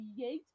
create